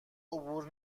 عبور